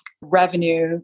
revenue